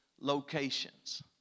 locations